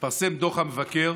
התפרסם דוח המבקר